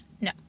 No